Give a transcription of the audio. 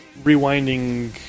rewinding